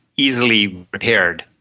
easily repaired,